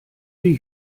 die